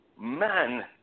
man